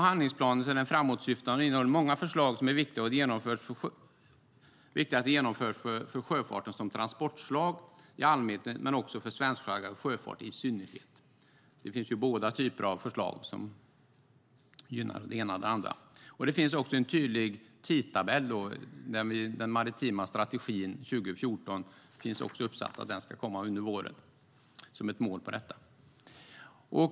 Handlingsplanen är framåtsyftande och innehåller många förslag som är viktiga att genomföra för sjöfarten som transportslag i allmänhet men också för svenskflaggad sjöfart i synnerhet. Det finns ju båda typerna av förslag som gynnar det ena eller det andra. Det finns också en tydlig tidtabell. Att den maritima strategin 2014 ska komma under våren finns också uppsatt som ett mål på detta.